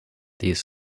these